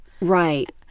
Right